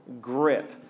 grip